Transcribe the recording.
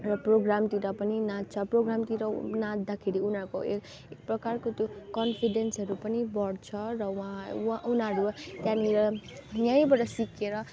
र प्रोग्रामतिर पनि नाच्छ प्रोग्रामतिर नाच्दाखेरि उनीहरूको एक एक प्रकारको त्यो कन्फिडेन्सहरू पनि बढ्छ र उहाँ व उनीहरू त्यहाँनिर यहीँबाट सिकेर